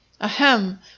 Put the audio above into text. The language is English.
Ahem